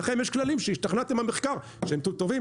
כי לכם יש כללים שהשתכנעתם במחקר שהם טובים,